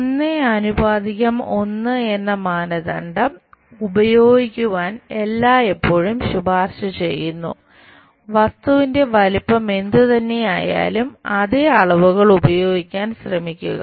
1 ആനുപാതികം 1 എന്ന മാനദണ്ഡം വലുപ്പം എന്തുതന്നെയായാലും അതേ അളവുകൾ ഉപയോഗിക്കാൻ ശ്രമിക്കുക